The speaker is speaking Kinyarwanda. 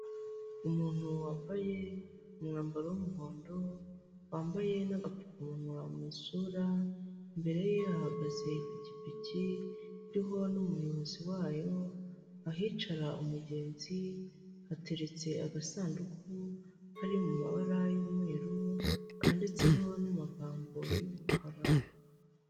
Umuntu wambaye umwambaro w'umuhondo, wambaye n'agapfukamunwa mu isura, imbere ye hahagaze ipikipiki iriho n'umuyobozi wayo, ahicara umugenzi hateretse agasanduku kari mu mabara y'umweru kanditseho n'amagambo y'umukara.